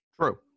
True